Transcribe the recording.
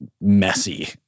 messy